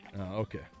Okay